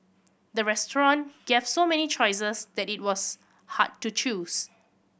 the restaurant gave so many choices that it was hard to choose